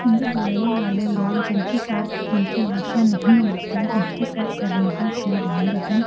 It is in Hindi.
हिन्दी बोलने वाले लोग जिनके साथ जिनकी भाषा नहीं मिलती उनके साथ संवेदनशील बने रहें